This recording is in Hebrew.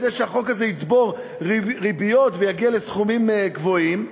כדי שהחוב הזה יצבור ריביות ויגיע לסכומים גבוהים,